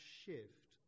shift